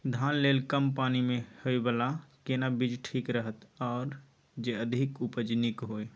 धान लेल कम पानी मे होयबला केना बीज ठीक रहत आर जे अधिक उपज नीक होय?